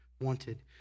wanted